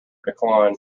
decline